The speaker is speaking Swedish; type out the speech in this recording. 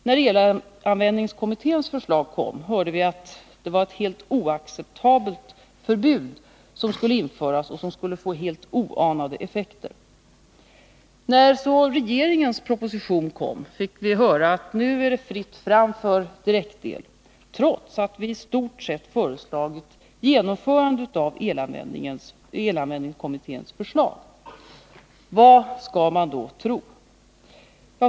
När elanvändningskommitténs förslag kom hörde vi att det var ett helt oacceptabelt förbud som skulle införas. Det skulle få helt oanade effekter. När så regeringens proposition kom fick vi höra att det nu är fritt fram för direktel, trots att vi i stort sett föreslog ett genomförande av elanvändningskommitténs förslag. Vad skall man då tro?